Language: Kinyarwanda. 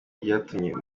ryatumye